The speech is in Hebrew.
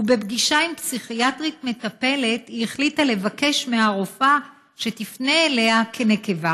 ובפגישה עם פסיכיאטרית מטפלת היא החליטה לבקש מהרופאה שתפנה אליה כנקבה